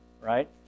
Right